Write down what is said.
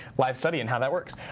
live study in how that works.